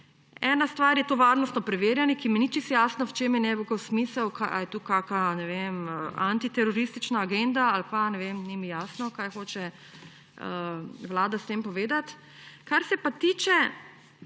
Ena stvar je to varnostno preverjanje, ki mi ni čisto jasno, v čem je njegov smisel, ali je to kakšna antiteroristična agenda, ni mi jasno, kaj hoče vlada s tem povedati. Kar se pa tiče